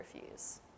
refuse